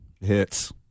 Hits